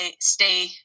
stay